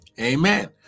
Amen